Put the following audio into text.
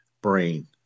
brain